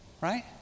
Right